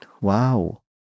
Wow